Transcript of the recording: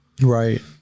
right